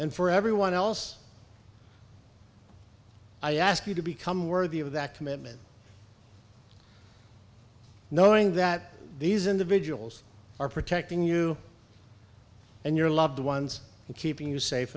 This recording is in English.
and for everyone else i ask you to become worthy of that commitment knowing that these individuals are protecting you and your loved ones and keeping you safe